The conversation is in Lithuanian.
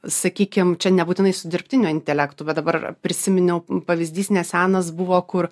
sakykim čia nebūtinai su dirbtiniu intelektu bet dabar prisiminiau pavyzdys nesenas buvo kur